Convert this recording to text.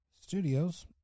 Studios